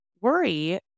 worry